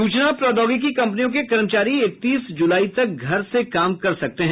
सूचना प्रोद्यौगिकी कंपनियों के कर्मचारी इकतीस जुलाई तक घर से काम कर सकते हैं